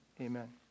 Amen